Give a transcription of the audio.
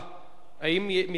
האם רשות ההגירה,